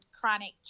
chronic